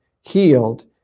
healed